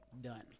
done